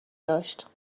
داشت